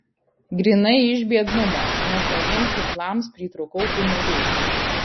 grynai iš biednumo nes naujiems ginklams pritrūkau pinigų